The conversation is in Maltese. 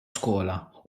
skola